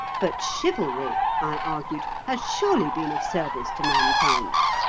but chivalry, i argued, has surely been of service to mankind?